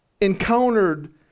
encountered